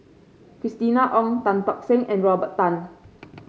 Christina Ong Tan Tock Seng and Robert Tan